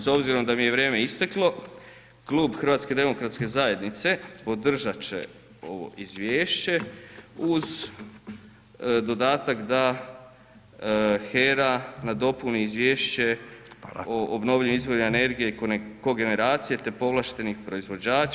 S obzirom da mi je vrijeme isteklo klub HDZ-a podržati će ovo izvješće uz dodatak da HERA nadopuni izvješće o obnovljivim izvorima energije kogeneracije te povlaštenih proizvođača.